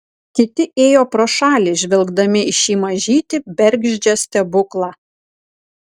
kiti ėjo pro šalį žvelgdami į šį mažytį bergždžią stebuklą